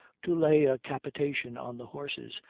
to lay a capitation on the horses,